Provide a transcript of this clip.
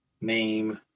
name